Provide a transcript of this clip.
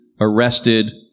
arrested